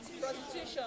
Prostitution